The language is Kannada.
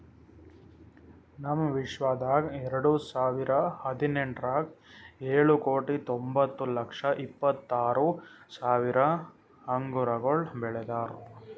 ನಮ್ ವಿಶ್ವದಾಗ್ ಎರಡು ಸಾವಿರ ಹದಿನೆಂಟರಾಗ್ ಏಳು ಕೋಟಿ ತೊಂಬತ್ತು ಲಕ್ಷ ಇಪ್ಪತ್ತು ಆರು ಸಾವಿರ ಅಂಗುರಗೊಳ್ ಬೆಳದಾರ್